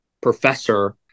professor